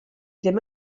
ddim